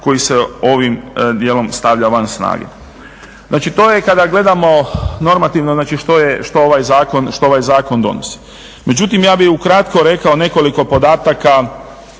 koji se ovim dijelom stavlja van snage. Znači to je kada gledamo normativno, znači što ovaj zakon donosi. Međutim, ja bih ukratko rekao nekoliko podatak